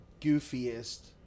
goofiest